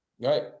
right